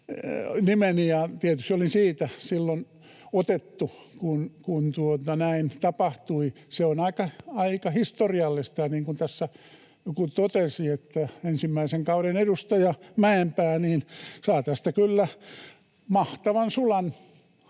olin siitä silloin otettu, kun näin tapahtui. Se on aika historiallista. Ja niin kuin tässä joku totesi, ensimmäisen kauden edustaja Mäenpää saa tästä kyllä mahtavan sulan